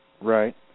Right